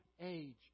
age